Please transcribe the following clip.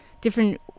different